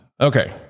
okay